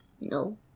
No